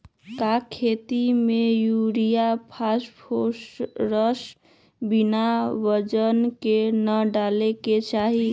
का खेती में यूरिया फास्फोरस बिना वजन के न डाले के चाहि?